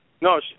No